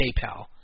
PayPal